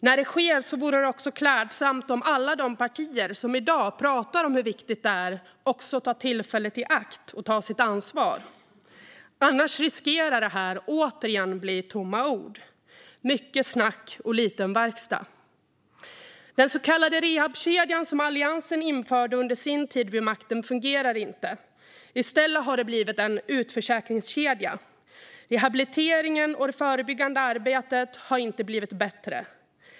När det sker vore det klädsamt om alla de partier som i dag pratar om hur viktigt detta är också tar tillfället i akt att ta sitt ansvar. Annars riskerar det återigen att bli tomma ord - mycket snack och lite verkstad. Den så kallade rehabkedjan, som Alliansen införde under sin tid vid makten, fungerar inte. I stället har det blivit en utförsäkringskedja. Rehabiliteringen och det förebyggande arbetet har inte blivit bättre.